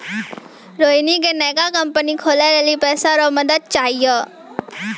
रोहिणी के नयका कंपनी खोलै लेली पैसा रो मदद चाहियो